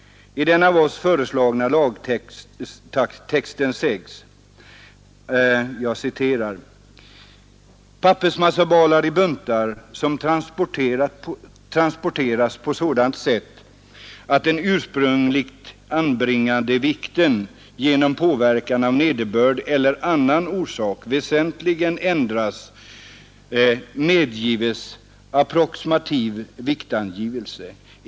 I den av oss föreslagna lagtexten sägs: ”Pappersmassabalar i buntar som transporterats på sådant sätt att den ursprungligt anbringade vikten genom påverkan av nederbörd eller annan orsak väsentligen ändrats medgives approximativ viktangivelse.